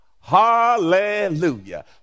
Hallelujah